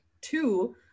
two